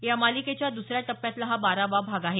या मालिकेचा हा दुसऱ्या टप्प्यातला बारावा भाग आहे